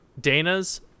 Dana's